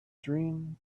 dream